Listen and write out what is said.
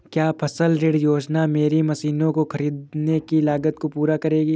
क्या फसल ऋण योजना मेरी मशीनों को ख़रीदने की लागत को पूरा करेगी?